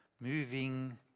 moving